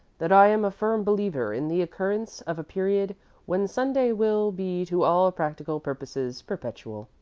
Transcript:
that i am a firm believer in the occurrence of a period when sunday will be to all practical purposes perpetual.